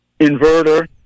inverter